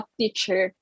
teacher